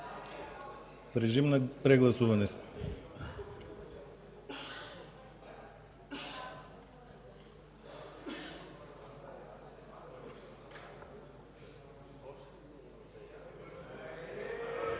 Режим на гласуване